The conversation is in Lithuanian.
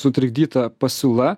sutrikdyta pasiūla